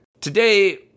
Today